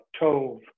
Tove